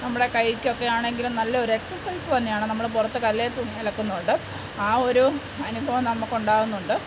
നമ്മുടെ കൈക്കൊക്കെ ആണെങ്കിലും നല്ലൊരു എക്സർസൈസ് തന്നെയാണ് നമ്മൾ പുറത്തെ കല്ലിൽ തുണി അലക്കുന്നതുകൊണ്ട് ആ ഒരു അനുഭവം നമുക്ക് ഉണ്ടാവുന്നുണ്ട്